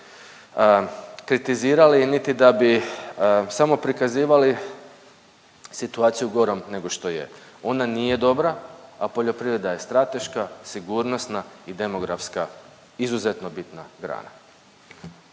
kritizirali niti da bi samo prikazivali situaciju gorom nego što je. Ona nije dobra, a poljoprivreda je strateška, sigurnosna i demografska izuzetno bitna grana.